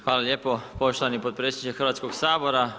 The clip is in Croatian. Hvala lijepo poštovani potpredsjedniče Hrvatskog sabora.